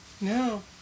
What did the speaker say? No